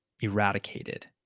eradicated